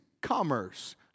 commerce